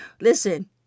Listen